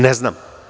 Ne znam.